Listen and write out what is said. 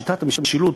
שיטת המשילות,